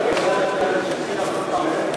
מאיר, נשמע אותך פעם שותק?